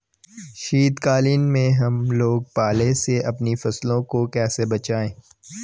शीतकालीन में हम लोग पाले से अपनी फसलों को कैसे बचाएं?